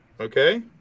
okay